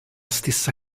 stessa